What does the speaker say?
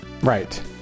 Right